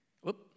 Whoop